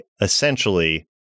essentially